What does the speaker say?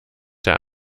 der